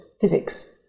physics